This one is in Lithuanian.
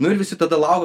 nu ir visi tada lau